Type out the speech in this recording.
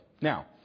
Now